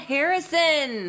Harrison